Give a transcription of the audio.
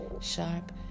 sharp